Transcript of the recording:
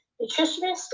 nutritionist